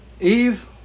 Eve